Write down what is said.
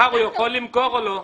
מחר הוא יכול למכור או לא?